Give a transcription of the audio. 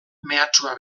mehatxua